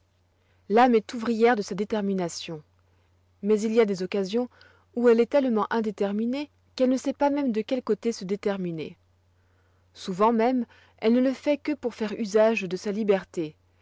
l'âme est l'ouvrière de sa détermination mais il y a des occasions où elle est tellement indéterminée qu'elle ne sait pas même de quel côté se déterminer souvent même elle ne le fait que pour faire usage de sa liberté